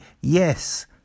yes